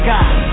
God